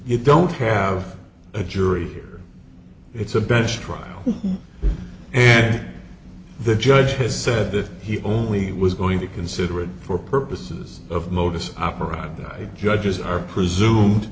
you don't hear a jury it's a bench trial and the judge has said that he only was going to consider it for purposes of modus operandi judges are presumed